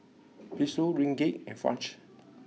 Peso Ringgit and Franc